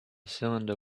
cylinder